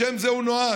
לשם זה הוא נועד.